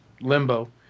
Limbo